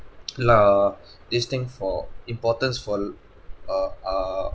lah this thing for importance for l~ uh err